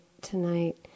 tonight